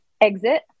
exit